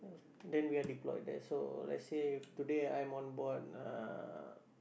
then we are deployed there so let's say if today I am on board uh